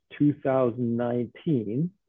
2019